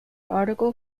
article